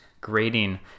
grading